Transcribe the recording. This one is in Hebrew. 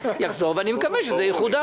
שיחזור, ואני מקווה שזה יחודש.